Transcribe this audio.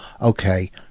okay